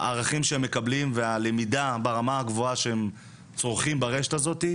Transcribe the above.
הערכים שהם מקבלים והלמידה ברמה הגבוהה שהם צורכים ברשת הזאת,